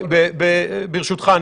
ברשותך.